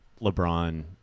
LeBron